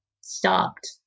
stopped